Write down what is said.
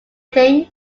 think